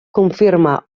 confirma